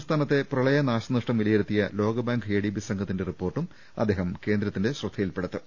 സംസ്ഥാനത്തെ പ്രളയ നാശനഷ്ടം വിലയിരുത്തിയ ലോക ബാങ്ക് എഡിബി സംഘത്തിന്റെ റിപ്പോർട്ടും അദ്ദേഹം കേന്ദ്രത്തിന്റെ ശ്രദ്ധയിൽപ്പെടുത്തും